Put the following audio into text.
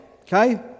Okay